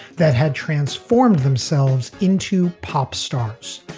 that had transformed themselves into pop stars.